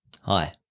Hi